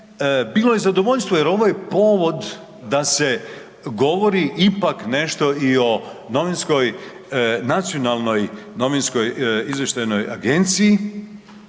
bilo je zadovoljstvo jer ovaj povod da se govori ipak nešto i o nacionalnoj novinskoj izvještajnoj agenciji